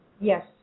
Yes